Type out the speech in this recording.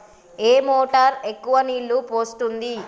ఏ motor ఎక్కువ నీళ్లు పోస్తుంది?